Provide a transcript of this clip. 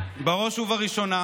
בראש ובראשונה